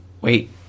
wait